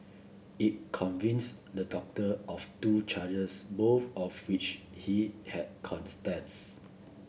it convicts the doctor of two charges both of which he had